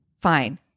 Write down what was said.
Fine